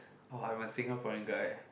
oh I'm a Singaporean guy